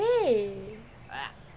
eh